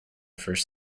first